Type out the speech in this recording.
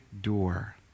door